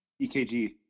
EKG